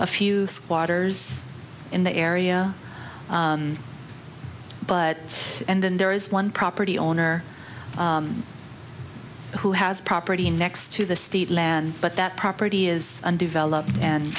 a few squatters in the area but and then there is one property owner who has property next to the state land but that property is undeveloped and